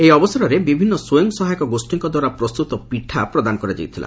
ଏ ଅବସରରେ ବିଭିନ୍ ସ୍ୱୟଂ ସହାୟକ ଗୋଷୀଙ୍କ ଦ୍ୱାରା ପ୍ରସ୍ତୁତ ପିଠା ପ୍ରଦାନ କରାଯାଇଥିଲା